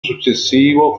successivo